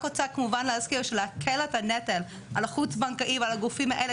אני רק רוצה כמובן להזכיר שלהקל את הנטל על החוץ בנקאי ועל הגופים האלה